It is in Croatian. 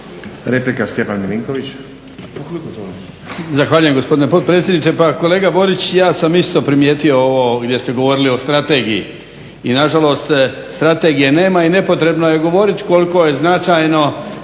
Replika, Stjepan Milinković.